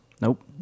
Nope